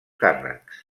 càrrecs